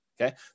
Okay